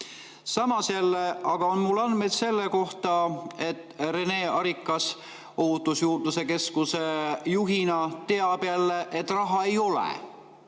Samas aga on mul andmed selle kohta, et Rene Arikas Ohutusjuurdluse Keskuse juhina teab jälle, et raha ei ole. Ja